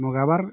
ମଗାବାର